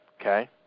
Okay